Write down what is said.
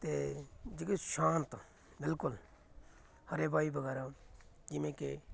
ਅਤੇ ਜੋ ਕਿ ਸ਼ਾਂਤ ਬਿਲਕੁਲ ਹਰੇ ਵਾਈ ਵਗੈਰਾ ਜਿਵੇਂ ਕਿ